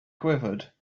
quivered